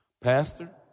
Pastor